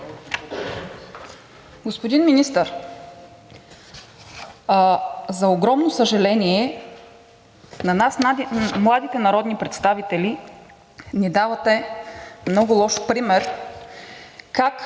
Господин Министър, за огромно съжаление, на нас младите народни представители ни давате много лош пример как